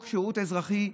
שזה חוק השירות האזרחי.